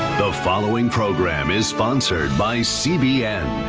following program is sponsored by cbn.